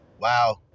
Wow